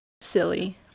silly